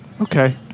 Okay